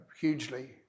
hugely